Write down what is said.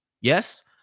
Yes